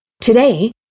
Today